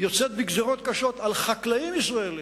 יוצאת בגזירות קשות על חקלאים ישראלים,